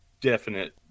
definite